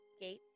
Gate